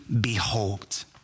behold